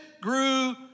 grew